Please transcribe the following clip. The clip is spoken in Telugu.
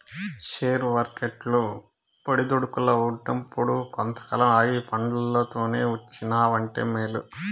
షేర్ వర్కెట్లు ఒడిదుడుకుల్ల ఉన్నప్పుడు కొంతకాలం ఆగి పండ్లల్లోనే ఉంచినావంటే మేలు